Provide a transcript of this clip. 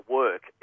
work